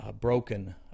broken